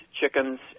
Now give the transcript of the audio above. chickens